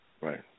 Right